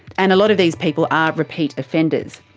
and a lot of these people are repeat offenders.